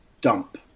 dump